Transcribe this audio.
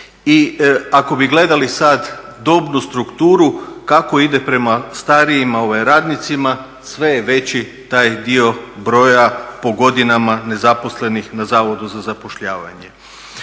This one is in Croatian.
i ako bi gledali sada dobnu strukturu kako ide prema starijim radnicima sve je veći taj dio broja po godinama nezaposlenih na Zavodu za zapošljavanje.